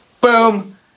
Boom